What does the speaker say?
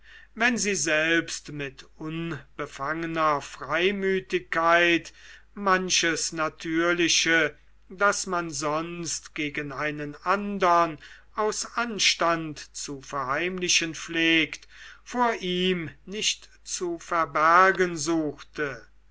wenn sie selbst mit unbefangener freimütigkeit manches natürliche das man sonst gegen einen andern aus anstand zu verheimlichen pflegte vor ihm nicht zu verbergen suchte